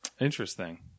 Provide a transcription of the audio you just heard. Interesting